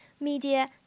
media